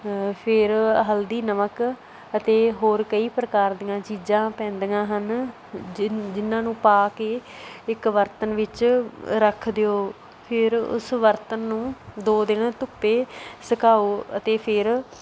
ਫਿਰ ਹਲਦੀ ਨਮਕ ਅਤੇ ਹੋਰ ਕਈ ਪ੍ਰਕਾਰ ਦੀਆਂ ਚੀਜ਼ਾਂ ਪੈਂਦੀਆਂ ਹਨ ਜਿਹਨਾਂ ਜਿਨ੍ਹਾਂ ਨੂੰ ਪਾ ਕੇ ਇੱਕ ਬਰਤਨ ਵਿੱਚ ਰੱਖ ਦਿਓ ਫਿਰ ਉਸ ਬਰਤਨ ਨੂੰ ਦੋ ਦਿਨ ਧੁੱਪੇ ਸਕਾਓ ਅਤੇ ਫਿਰ